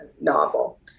novel